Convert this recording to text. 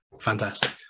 Fantastic